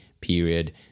period